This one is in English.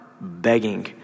begging